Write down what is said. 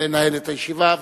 ולנהל את הישיבה.